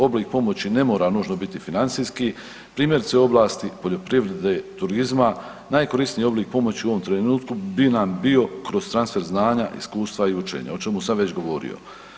Oblik pomoći ne mora nužno biti financijski, primjerice u oblasti poljoprivrede, turizma, najkorisniji oblik pomoći u ovom trenutku bi nam bio kroz transfer znanja, iskustva i učenja o čemu sam već govorio.